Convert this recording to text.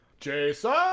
Jason